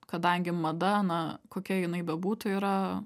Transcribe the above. kadangi mada na kokia jinai bebūtų yra